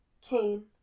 Cain